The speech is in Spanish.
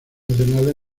nacionales